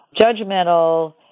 judgmental